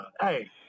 hey